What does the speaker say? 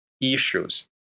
issues